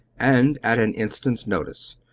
and at an instant's notice.